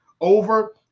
over